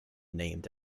named